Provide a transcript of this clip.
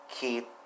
keep